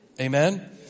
Amen